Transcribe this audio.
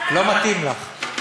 לא מתאים לך.